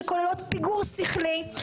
שכוללות פיגור שכלי,